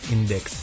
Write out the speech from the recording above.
Index